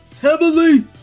heavily